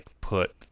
put